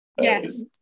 Yes